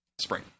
Spring